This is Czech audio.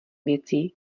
věcí